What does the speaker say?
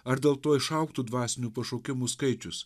ar dėl to išaugtų dvasinių pašaukimų skaičius